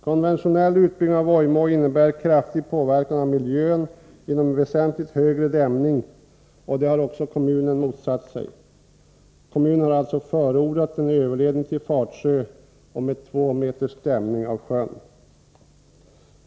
Konventionell utbyggnad av Vojmån innebär kraftig påverkan av miljön genom en väsentligt högre dämning, och det har också kommunen motsatt sig. Kommunen har således förordat en överledning till Fatsjön med 2 meters dämning av sjön.